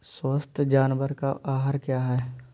स्वस्थ जानवर का आहार क्या है?